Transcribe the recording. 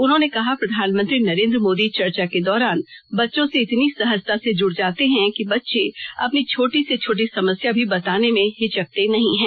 उन्होंने कहा प्रधानमंत्री नरेंद्र मोदी चर्चा के दौरान बच्चों से इतनी सहजता से जुड़ जाते हैं कि बच्चे अपनी छोटी से छोटी समस्या भी बताने में हिचकते नहीं है